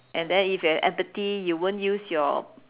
and then if you there empathy you won't use your